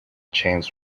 chains